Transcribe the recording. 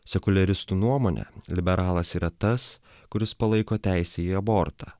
sekuliaristų nuomone liberalas yra tas kuris palaiko teisę į abortą